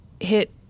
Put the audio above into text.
hit